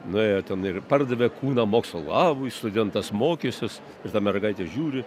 nuėjo ten ir pardavė kūną mokslo labui studentas mokysis ir ta mergaitė žiūri